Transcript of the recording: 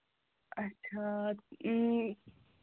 اَچھا اۭں